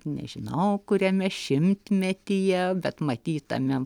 nežinau kuriame šimtmetyje bet matyt tame